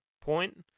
point